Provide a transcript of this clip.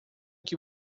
que